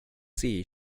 shay